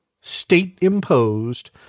state-imposed